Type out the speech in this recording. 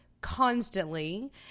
constantly